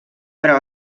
però